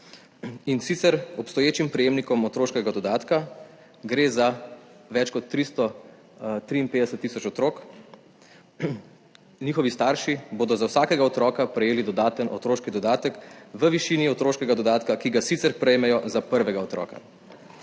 in sicer obstoječim prejemnikom otroškega dodatka, gre za več kot 353 tisoč otrok. Njihovi starši bodo za vsakega otroka prejeli dodaten otroški dodatek v višini otroškega dodatka, ki ga sicer prejmejo za prvega otroka.